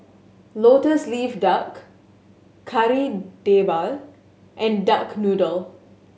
Lotus Leaf Duck Kari Debal and duck noodle